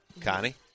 Connie